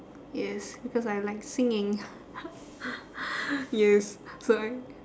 yes because I like singing yes so I